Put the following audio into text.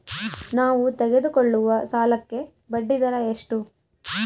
ನಾವು ತೆಗೆದುಕೊಳ್ಳುವ ಸಾಲಕ್ಕೆ ಬಡ್ಡಿದರ ಎಷ್ಟು?